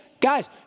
guys